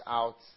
out